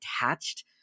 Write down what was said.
attached